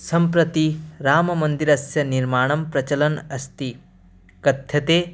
सम्प्रति राममन्दिरस्य निर्माणं प्रचलद् अस्ति कथ्यते